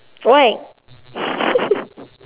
why